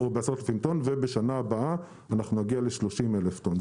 ובשנה הבאה נגיע ל-30,000 טון.